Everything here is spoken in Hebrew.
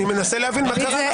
אני מנסה להבין מה קרה.